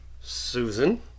Susan